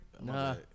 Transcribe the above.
Nah